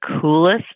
coolest